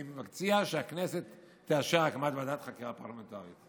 אני מציע שהכנסת תאשר הקמת ועדת חקירה פרלמנטרית.